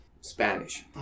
Spanish